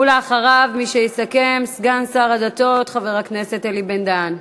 ואחריו יסכם סגן שר הדתות חבר הכנסת אלי בן-דהן.